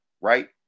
right